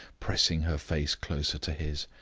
pressing her face closer to his.